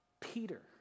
Peter